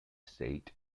state